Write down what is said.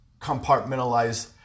compartmentalize